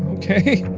okay.